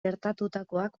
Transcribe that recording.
gertatutakoak